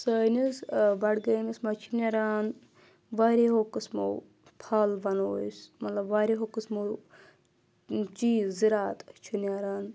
سٲنِس بَڈگٲمِس منٛز چھِ نَیٛران واریاہو قٕسمو پھَل وَنَو أسۍ مطلب واریاہو قٕسمو چیٖز زِرات چھُ نَیٛران